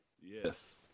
Yes